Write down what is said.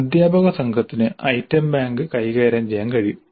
അധ്യാപക സംഘത്തിന് item bank കൈകാര്യം ചെയ്യാൻ കഴിയും